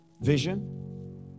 Vision